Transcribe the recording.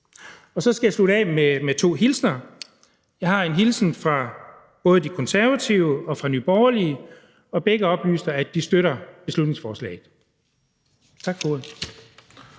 Så skal jeg slutte af med to hilsner. Jeg har en hilsen fra både De Konservative og fra Nye Borgerlige, og begge oplyser, at de støtter beslutningsforslaget. Tak for ordet.